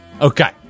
Okay